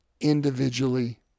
individually